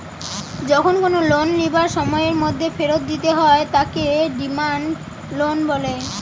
যখন কোনো লোন লিবার সময়ের মধ্যে ফেরত দিতে হয় তাকে ডিমান্ড লোন বলে